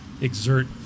exert